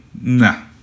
nah